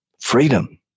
freedom